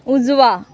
उजवा